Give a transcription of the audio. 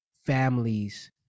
families